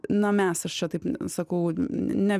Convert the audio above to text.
na mes aš čia taip sakau ne